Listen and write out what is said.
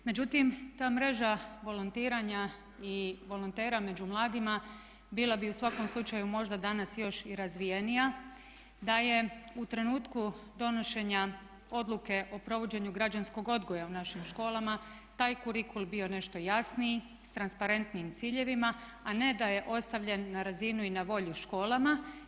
Međutim, ta mreža volontiranja i volontera među mladima bila bi u svakom slučaju možda danas još i razvijenija da je u trenutku donošenja odluke o provođenju građanskog odgoja u našim školama taj kurikul bio nešto jasniji, s transparentnijim ciljevima a ne da je ostavljen na razinu i na volju školama.